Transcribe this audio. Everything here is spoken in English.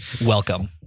welcome